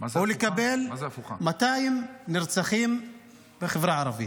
או לקבל 200 נרצחים בחברה הערבית?